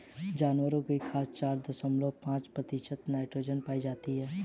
जानवरों की खाद में चार दशमलव पांच प्रतिशत नाइट्रोजन पाई जाती है